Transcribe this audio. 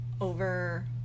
over